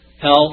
health